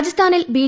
രാജസ്ഥാനിൽ ബി